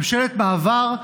ממשלת מעבר,